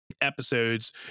episodes